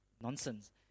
Nonsense